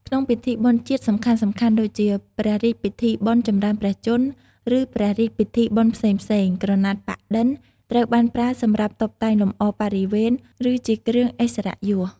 ក្នុងពិធីបុណ្យជាតិសំខាន់ៗដូចជា ព្រះរាជពិធីបុណ្យចម្រើនព្រះជន្ម ឬព្រះរាជពិធីបុណ្យផ្សេងៗ ក្រណាត់ប៉ាក់-ឌិន ត្រូវបានប្រើសម្រាប់តុបតែងលម្អបរិវេណ ឬជាគ្រឿងឥស្សរិយយស។